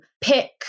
pick